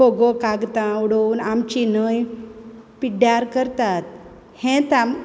वो कागदां उडोवन आमची न्हंय पिड्ड्यार करतात हें तांकां